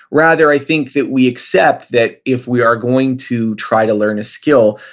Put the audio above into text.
rather, i think that we accept that if we are going to try to learn a skill,